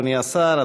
אדוני השר,